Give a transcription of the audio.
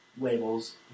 labels